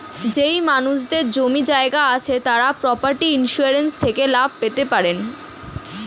যেই মানুষদের জমি জায়গা আছে তারা প্রপার্টি ইন্সুরেন্স থেকে লাভ পেতে পারেন